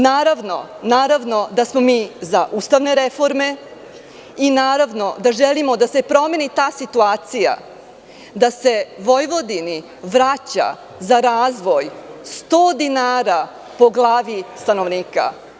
Naravno da smo mi za ustavne reforme i naravno da želimo da se promeni ta situacija, da se Vojvodini vraća za razvoj sto dinara po glavi stanovnika.